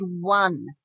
one